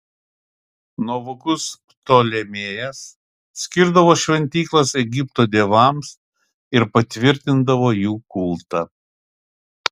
nuovokus ptolemėjas skirdavo šventyklas egipto dievams ir patvirtindavo jų kultą